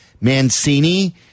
Mancini